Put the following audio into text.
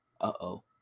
uh-oh